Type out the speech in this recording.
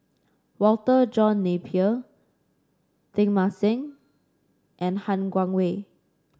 Walter John Napier Teng Mah Seng and Han Guangwei